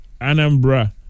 Anambra